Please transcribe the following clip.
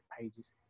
pages